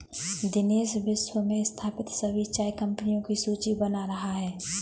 दिनेश विश्व में स्थापित सभी चाय कंपनियों की सूची बना रहा है